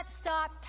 stop